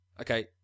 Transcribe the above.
okay